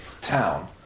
town